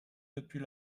depuis